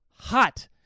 hot